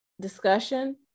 discussion